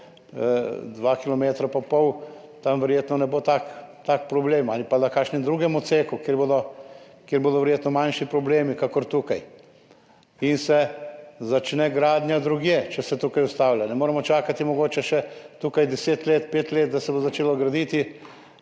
je 2,5 kilometra, tam verjetno ne bo tak problem, ali pa na kakšnem drugem odseku, kjer bodo verjetno manjši problemi kakor tukaj, in se začne gradnja drugje, če se tukaj ustavlja. Ne moremo čakati tukaj mogoče še pet ali deset let, da se bo začelo graditi.